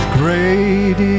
great